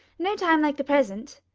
no time like the present,